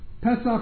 Pesach